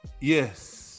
Yes